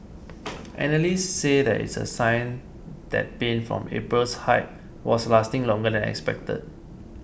analysts say that it's a sign that pain from April's hike was lasting longer than expected